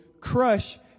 crush